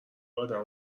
ادم